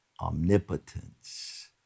Omnipotence